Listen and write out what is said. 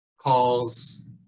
calls